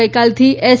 ગઇકાલથી એસ